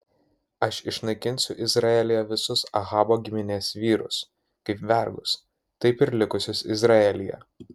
aš išnaikinsiu izraelyje visus ahabo giminės vyrus kaip vergus taip ir likusius izraelyje